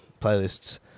playlists